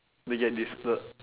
they get disturbed